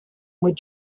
with